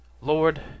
Lord